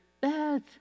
Beth